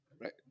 right